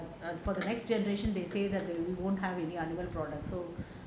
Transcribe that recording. err for the next generation they say that we won't have any animal products so